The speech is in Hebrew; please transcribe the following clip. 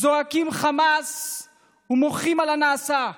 זועקים חמס ומוחים על הנעשה.